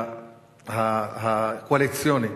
הקואליציוני,